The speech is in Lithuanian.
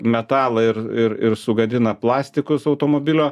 metalą ir ir ir sugadina plastikus automobilio